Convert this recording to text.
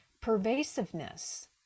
Pervasiveness